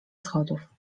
schodów